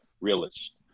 realist